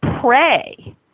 pray